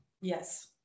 yes